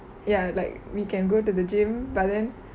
ya like we can go to the gym but then